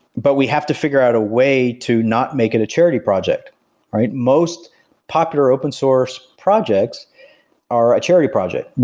but we have to figure out a way to not make it a charity project all right, most popular open source projects are a charity project.